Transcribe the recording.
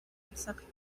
accepted